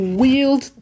wield